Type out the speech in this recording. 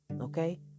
Okay